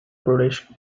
british